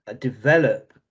develop